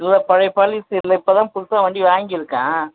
இல்லை பழைய பாலிசி இல்லை இப்போ தான் புதுசாக வண்டி வாங்கியிருக்கேன்